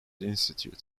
institute